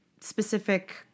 specific